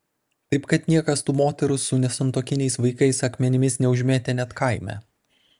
taip kad niekas tų moterų su nesantuokiniais vaikais akmenimis neužmėtė net kaime